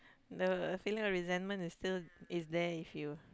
then feeling of resentment is still is there if you